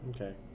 okay